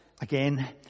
again